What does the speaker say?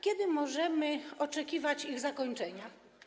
Kiedy możemy oczekiwać ich zakończenia?